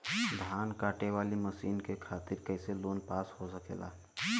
धान कांटेवाली मशीन के खातीर कैसे लोन पास हो सकेला?